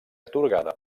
atorgada